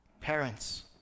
parents